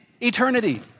eternity